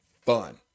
fun